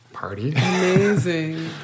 amazing